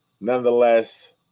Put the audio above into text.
nonetheless